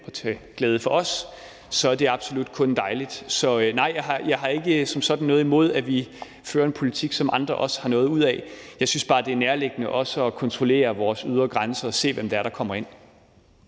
og til glæde for os, så er det absolut kun dejligt. Så nej, jeg har ikke som sådan noget imod, at vi fører en politik, som andre også har noget ud af. Jeg synes bare, det er nærliggende også at kontrollere vores ydre grænse og se, hvem det er, der kommer ind.